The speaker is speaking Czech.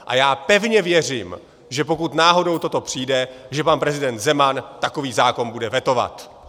A já pevně věřím, že pokud náhodou toto přijde, že pan prezident Zeman takový zákon bude vetovat!